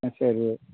ஆ சரி